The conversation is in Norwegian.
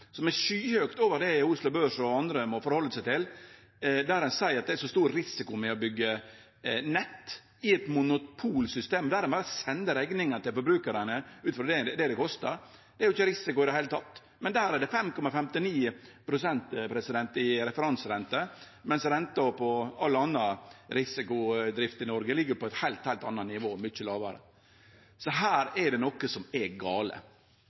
som er skyhøgt over det Oslo Børs og andre må forhalde seg til. Ein seier at det er så stor risiko med å byggje nett – i eit monopolsystem der ein berre sender rekninga til forbrukarane, ut frå det det kostar. Det er jo ikkje risiko i det heile. Der er det 5,59 pst. i referanserente, mens renta på all anna risikodrift i Noreg ligg på eit heilt anna nivå og mykje lågare. Her er det noko som er gale.